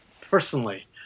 personally